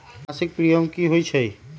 मासिक प्रीमियम की होई छई?